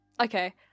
Okay